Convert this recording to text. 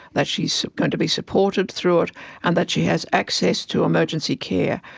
that she is going to be supported through it and that she has access to emergency care.